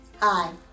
Hi